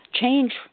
Change